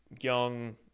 young